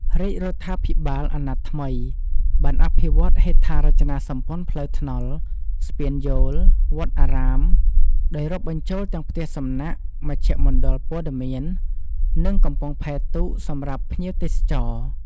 រាជរដ្ឋាភិបាលអណត្តិថ្មីបាន អភិវឌ្ឍន៍ហេដ្ឋារចនាសម្ព័ន្ធផ្លូវថ្នល់ ស្ពានយោល វត្តអារាម ដោយរាប់បញ្ចូលទាំងផ្ទះសំណាក់ មជ្ឈមណ្ឌលព័ត៌មាន និងកំពង់ផែទូកសម្រាប់ភ្ញៀវទេសចរ។